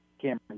Cameron